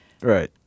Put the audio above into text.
Right